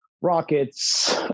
rockets